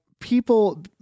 People